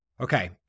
Okay